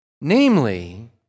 Namely